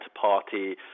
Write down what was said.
party